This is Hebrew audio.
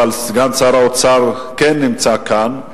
אבל סגן שר האוצר כן נמצא כן,